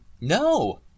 No